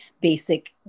basic